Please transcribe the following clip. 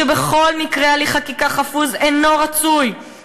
שבכל מקרה "הליך חקיקה חפוז אינו רצוי,